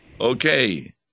Okay